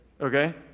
Okay